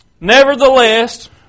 nevertheless